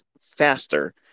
faster